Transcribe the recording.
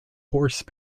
horse